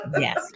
Yes